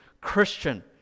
christian